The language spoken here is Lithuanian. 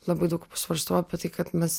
labai daug svarstau apie tai kad mes